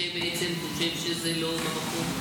שבעצם חושב שזה לא במקום.